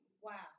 Wow